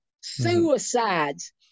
suicides